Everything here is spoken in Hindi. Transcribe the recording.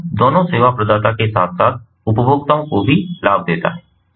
तो यह दोनों सेवा प्रदाता के साथ साथ उपभोक्ताओं को भी लाभ देता है